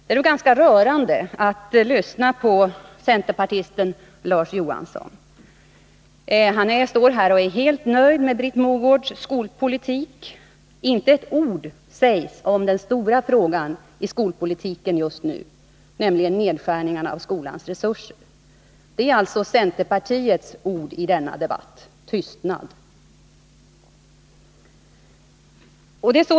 Det är då ganska rörande att lyssna på centerpartisten Larz Johansson. Han är helt nöjd med Britt Mogårds skolpolitik. Inte ett ord sägs om den stora frågan i skolpolitiken just nu, nämligen frågan om nedskärningarna av skolans resurser. Det är alltså centerpartiets ord i denna debatt — tystnad.